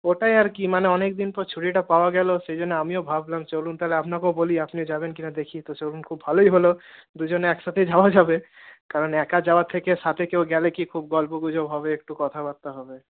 ওটাই আর কি মানে অনেকদিন পর ছুটিটা পাওয়া গেলো সেই জন্য আমিও ভাবলাম চলুন তাহলে আপনাকেও বলি আপনি যাবেন কি না দেখি তো চলুন খুব ভালোই হল দুজনে একসাথে যাওয়া যাবে কারণ একা যাওয়ার থেকে সাথে কেউ গেলে কী খুব গল্পগুজব হবে একটু কথাবার্তা হবে